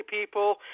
people